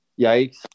Yikes